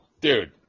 Dude